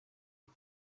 ati